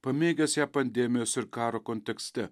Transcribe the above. pamėgęs ją pandemijos ir karo kontekste